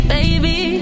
Baby